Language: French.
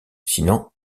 sinon